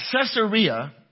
Caesarea